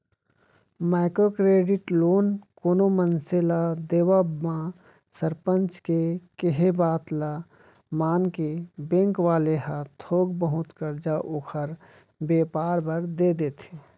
micro credit loan कोनो मनसे ल देवब म सरपंच के केहे बात ल मानके बेंक वाले ह थोक बहुत करजा ओखर बेपार बर देय देथे